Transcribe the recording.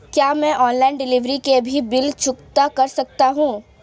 क्या मैं online delivery के भी बिल चुकता कर सकता हूँ?